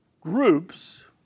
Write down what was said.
groups